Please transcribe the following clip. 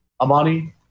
amani